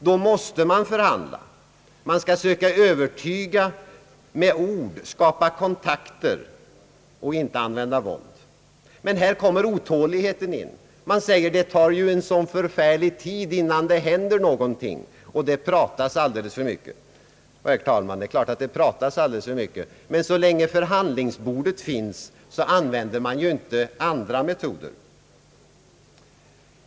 Man måste med ord övertyga och skapa kontakter — inte använda våld. Men här kommer otåligheten in. Det tar så förfärligt lång tid innan det händer någonting, och det pratas alldeles för mycket. Ja, herr talman, det är klart att det pratas alldeles för mycket, men så länge förhandlingsbordet finns använder man naturligtvis inte andra metoder.